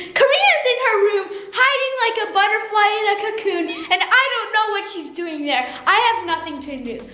karina is in her room hiding like a butterfly in a cocoon and i don't know what she's doing there, i have nothing to do,